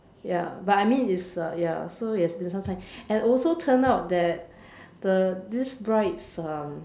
ya but I mean it's uh ya so it has been some time and also it turn out that the this bride's uh